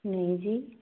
ਨਹੀਂ ਜੀ